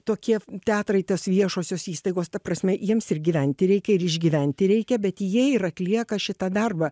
tokie teatrai tas viešosios įstaigos ta prasme jiems ir gyventi reikia ir išgyventi reikia bet jie ir atlieka šitą darbą